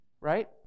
right